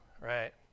right